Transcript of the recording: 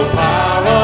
power